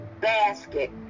basket